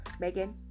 Megan